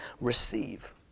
receive